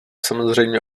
samozřejmě